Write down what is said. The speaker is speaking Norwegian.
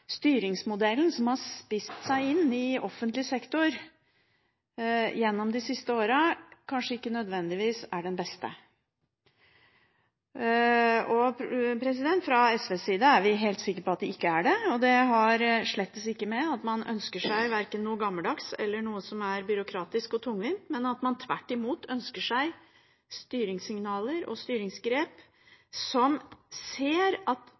styringsmodellen, som har spist seg inn i offentlig sektor gjennom de siste årene, kanskje ikke nødvendigvis er den beste. Fra SVs side er vi helt sikre på at den ikke er det. Det har slett ikke å gjøre med at man ønsker seg noe gammeldags eller noe som er byråkratisk og tungvint, men man ønsker seg tvert imot styringssignaler og styringsgrep der man ser at